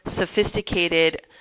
sophisticated